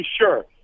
sure